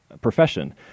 profession